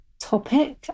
topic